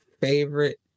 favorite